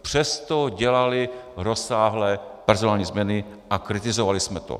Přesto dělali rozsáhlé personální změny a kritizovali jsme to.